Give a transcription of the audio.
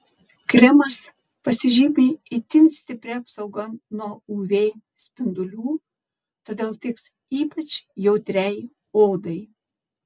kremas pasižymi itin stipria apsauga nuo uv spindulių todėl tiks ypač jautriai odai